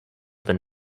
than